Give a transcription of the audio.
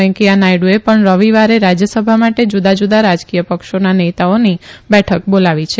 વૈકેયા નાયડુએ પણ રવિવારે રાજ્યસભા માટે જુદા જુદા રાજકીય પક્ષોના નેતાઓની બેઠક બોલાવી છે